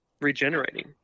regenerating